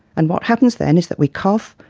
and what happens then is that we cough,